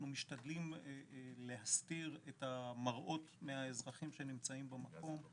אנחנו משתדלים להסתיר את המראות מהאזרחים שנמצאים במקום.